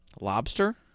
Lobster